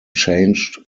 changed